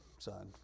Son